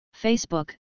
Facebook